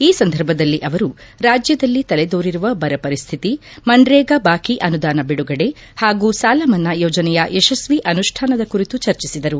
ಈ ಸಂದರ್ಭದಲ್ಲಿ ಅವರು ರಾಜ್ಯದಲ್ಲಿ ತಲೆದೋರಿರುವ ಬರ ಪರಿಸ್ತಿತಿ ಮನ್ನೇಗಾ ಬಾಕಿ ಅನುದಾನ ಬಿಡುಗಡೆ ಹಾಗೂ ಸಾಲ ಮನ್ನಾ ಯೋಜನೆಯ ಯಶಸ್ವಿ ಅನುಷ್ಠಾನದ ಕುರಿತು ಚರ್ಚಿಸಿದರು